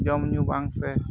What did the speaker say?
ᱡᱚᱢᱼᱧᱩ ᱵᱟᱝᱛᱮ